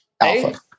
Alpha